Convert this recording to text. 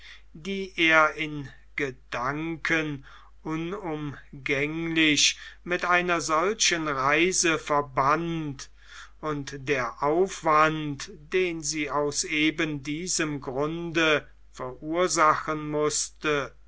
die er in gedanken unumgänglich mit einer solchen reise verband und der aufwand den sie aus eben diesem grunde verursachen mußte